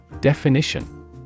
Definition